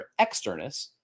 externus